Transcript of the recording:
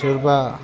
जोबा